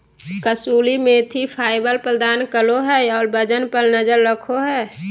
कसूरी मेथी फाइबर प्रदान करो हइ और वजन पर नजर रखो हइ